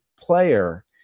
player